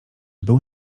był